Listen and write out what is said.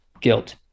guilt